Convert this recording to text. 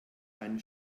einem